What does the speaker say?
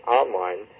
online